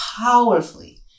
powerfully